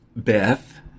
Beth